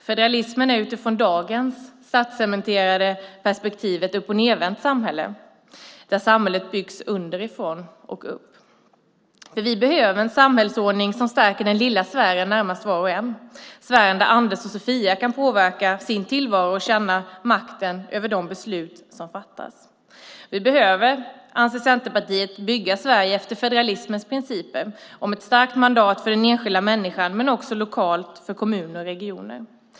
Federalismen är utifrån dagens statscementerade perspektiv ett uppochnedvänt samhälle - ett samhälle som byggs underifrån och uppåt. Vi behöver en samhällsordning som stärker den lilla sfären närmast var och en - sfären där Anders och Sofia kan påverka sin tillvaro och känna makten över de beslut som fattas. Vi behöver, anser Centerpartiet, bygga Sverige efter federalismens principer om ett starkt mandat för den enskilda människan men också lokalt, för kommuner och regioner.